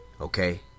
Okay